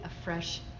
afresh